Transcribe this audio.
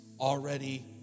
already